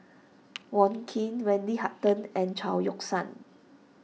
Wong Keen Wendy Hutton and Chao Yoke San